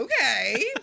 Okay